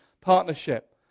partnership